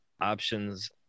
options